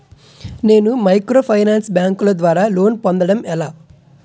నేను మైక్రోఫైనాన్స్ బ్యాంకుల ద్వారా లోన్ పొందడం ఎలా?